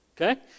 okay